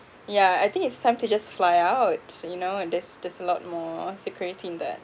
yeah I think it's time to just fly out you know there's there's a lot more security in that